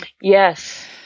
Yes